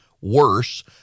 worse